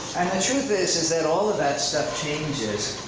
and the truth is is that all of that stuff changes.